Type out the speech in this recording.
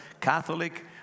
Catholic